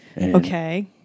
Okay